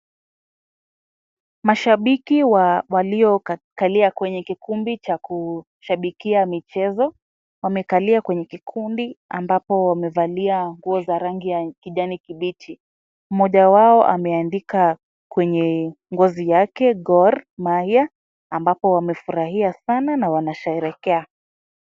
Mashabiki waliokalia kwenye kikumbi cha kushabikia michezo wamekalia kwenye kikumbi ambapo wamevalia nguo za rangi ya kijani kibichi. Mmoja wao ameandika kwenye ngozi yake Gor Mahia ambapo wamefurahia sana na wanasherehekea.